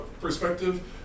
perspective